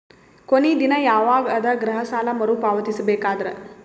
ಕೊನಿ ದಿನ ಯವಾಗ ಅದ ಗೃಹ ಸಾಲ ಮರು ಪಾವತಿಸಬೇಕಾದರ?